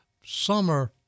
summer